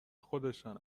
خودشان